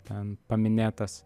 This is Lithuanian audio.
ten paminėtas